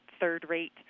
third-rate